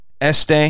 Este